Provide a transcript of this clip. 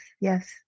Yes